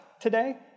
today